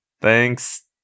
Thanks